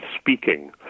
speaking